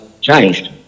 changed